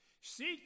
Seek